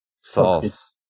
Sauce